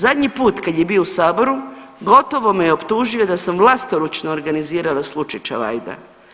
Zadnji put kad je bio u saboru gotovo me je optužio da sam vlastoručno organizirala slučaj Čavajda.